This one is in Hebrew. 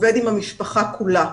עובד עם המשפחה כולה.